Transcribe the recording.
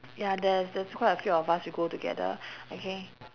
ya there's there's quite a few of us we go together okay